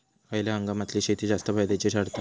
खयल्या हंगामातली शेती जास्त फायद्याची ठरता?